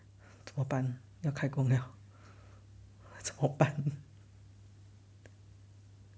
怎么办要开工了怎么办